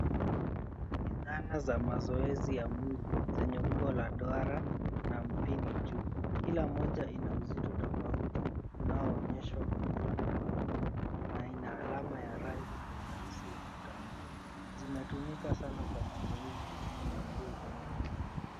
Ni dhana za mazoezi ya mwili, zenye umbo la duara na mpini juu. Kila moja ina uzito tofauti unaoonyeshwa kwa kilo na paundi, na ina alama ya rangi kwa urahisi wa kuitambua. Zinatumika sana kwa mazoezi ya nguvu.